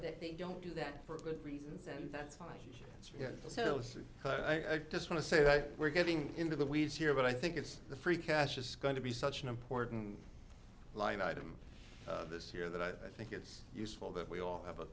that they don't do that for good reasons and that's why it's so i just want to say that we're getting into the weeds here but i think it's the free cash is going to be such an important line item this year that i think it's useful that we all have a